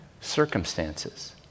circumstances